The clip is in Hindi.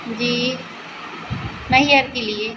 जी मैहर के लिए